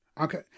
Okay